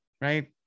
right